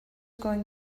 going